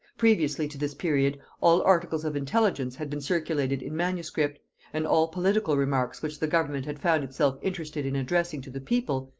previously to this period all articles of intelligence had been circulated in manuscript and all political remarks which the government had found itself interested in addressing to the people,